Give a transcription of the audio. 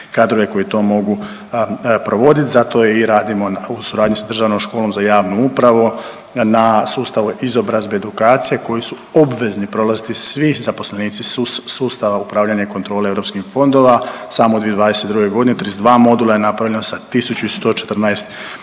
kadrove koji to mogu provoditi. Zato i radimo u suradnji sa Državnom školom za javnu upravu na sustavu izobrazbe, edukacije koju su obvezni prolaziti svi zaposlenici sustava upravljanja i kontrole europskih fondova. Samo od 2022. godine 32 modula je napravljeno sa 1114